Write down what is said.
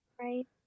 Right